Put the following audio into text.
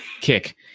kick